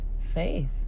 faith